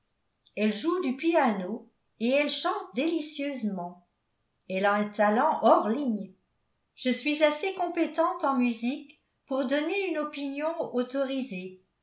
elle joue du piano et elle chante délicieusement elle a un talent hors ligne je suis assez compétente en musique pour donner une opinion autorisée